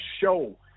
show